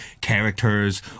characters